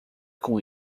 com